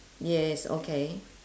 yes okay